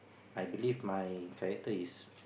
I believe my character is